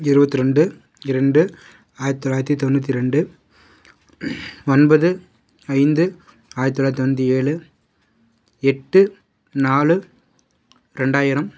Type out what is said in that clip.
இருபத்து ரெண்டு இரண்டு ஆயிரத்து தொளாயிரத்து தொண்ணூற்றி ரெண்டு ஒன்பது ஐந்து ஆயிரத்து தொளாயிரத்து தொண்ணூற்றி ஏழு எட்டு நாலு ரெண்டாயிரம்